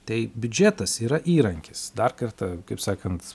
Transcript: tai biudžetas yra įrankis dar kartą kaip sakant